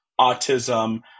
autism